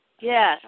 Yes